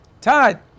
Todd